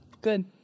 Good